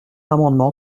amendement